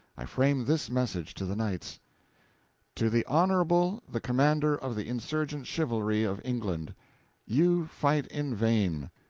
i framed this message to the knights to the honorable the commander of the insurgent chivalry of england you fight in vain.